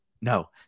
No